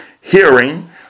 hearing